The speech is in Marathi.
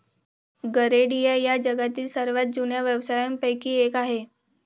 गरेडिया हा जगातील सर्वात जुन्या व्यवसायांपैकी एक आहे